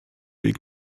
weg